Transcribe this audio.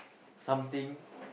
something